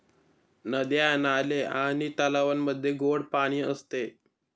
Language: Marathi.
नद्या, नाले आणि तलावांमध्ये गोड पाणी असते